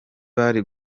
bari